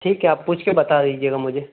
ठीक है आप पूछ कर बता दीजिएगा मुझे